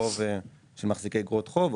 חוב של מחזיקי אגרות חוב,